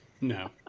No